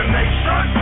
nation